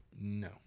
No